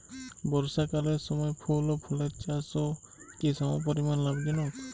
বর্ষাকালের সময় ফুল ও ফলের চাষও কি সমপরিমাণ লাভজনক?